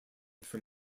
from